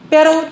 Pero